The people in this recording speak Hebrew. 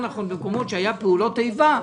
במקומות שהיו בהם פעולות איבה,